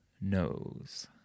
knows